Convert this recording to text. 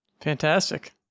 Fantastic